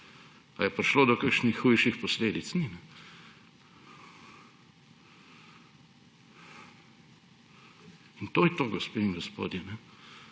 Ali je prišlo do kakšnih hujših posledic? Ni. In to je to, gospe in gospodje.